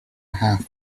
half